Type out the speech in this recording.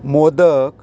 modak